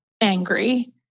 angry